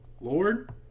Lord